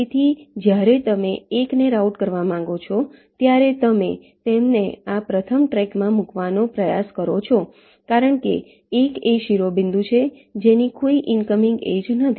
તેથી જ્યારે તમે 1 ને રાઉટ કરવા માંગો છો ત્યારે તમે તેમને આ પ્રથમ ટ્રેકમાં મૂકવાનો પ્રયાસ કરો છો કારણ કે 1 એ શિરોબિંદુ છે જેની કોઈ ઇનકમિંગ એજ નથી